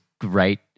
great